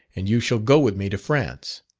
and you shall go with me to france